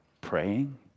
praying